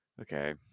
okay